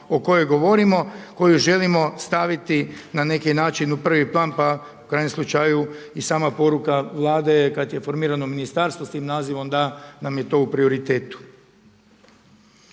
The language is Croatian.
o kojoj govorimo, koju želimo staviti na neki način u prvi plan pa u krajnjem slučaju i sama poruka Vlade je kada formirano ministarstvo s tim nazivom da nam je to u prioritetu.